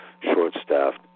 short-staffed